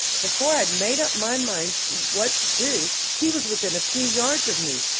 before i had made up my mind what to do, he was within a few yards of me,